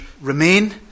remain